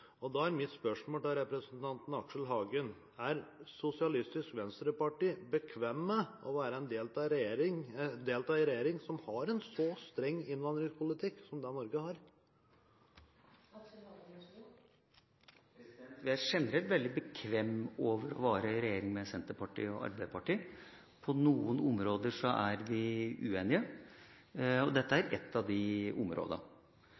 Norge. Da er mitt spørsmål til representanten Aksel Hagen: Er Sosialistisk Venstreparti bekvem med å være en del av en regjering som har en så streng innvandringspolitikk som det Norge har? Jeg føler meg veldig bekvem med å være i regjering med Senterpartiet og Arbeiderpartiet. På noen områder er vi uenige. Dette er